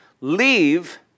leave